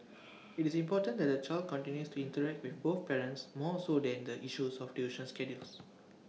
IT is important that the child continues to interact with both parents more so than issues of tuition schedules